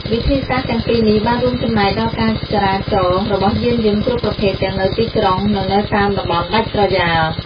វិធីសាស្រ្តទាំងពីរនេះបានរួមចំណែកដល់ការចរាចរណ៍របស់យានយន្តគ្រប់ប្រភេទទាំងនៅទីក្រុងនិងនៅតាមតំបន់ដាច់ស្រយាល។